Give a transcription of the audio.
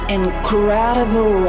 incredible